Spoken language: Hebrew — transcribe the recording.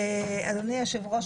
אדוני היושב-ראש,